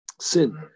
Sin